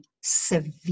severe